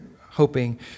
hoping